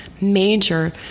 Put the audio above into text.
major